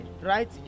right